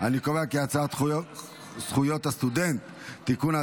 את הצעת חוק זכויות הסטודנט (תיקון,